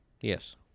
Yes